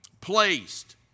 placed